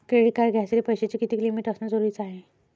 Credit card घ्यासाठी पैशाची कितीक लिमिट असनं जरुरीच हाय?